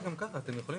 נמשיך